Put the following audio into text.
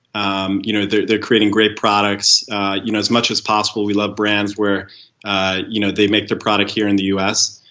um you know they're creating great products you know as much as possible we love brands where ah you know they make the product here in the u s.